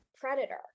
predator